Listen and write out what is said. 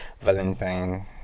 Valentine